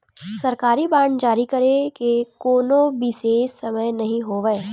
सरकारी बांड जारी करे के कोनो बिसेस समय नइ होवय